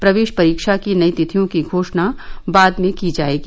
प्रवेश परीक्षा की नई तिथियों की घोषणा बाद में की जाएगी